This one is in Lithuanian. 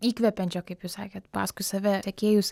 įkvepiančio kaip jūs sakėt paskui save sekėjus